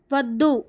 వద్దు